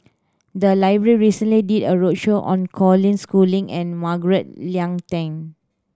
the library recently did a roadshow on Colin Schooling and Margaret Leng Tan